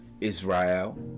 Israel